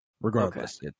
regardless